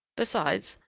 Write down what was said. besides,